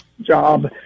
job